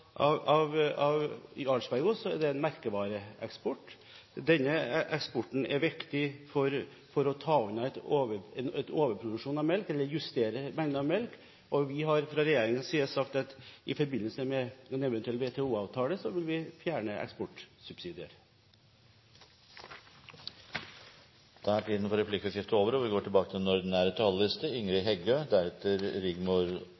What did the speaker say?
er det en merkevareeksport. Denne eksporten er viktig for å ta unna en overproduksjon av melk, eller justere mengden av melk. Vi har fra regjeringens side sagt at i forbindelse med en eventuell WTO-avtale vil vi fjerne eksportsubsidier. Replikkordskiftet er avsluttet. Arbeid til alle er Arbeidarpartiet si sjel, og skal vi sikra dette, må næringslivet gå godt. Strategiske satsingar bidreg til